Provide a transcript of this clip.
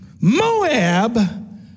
Moab